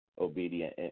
obedient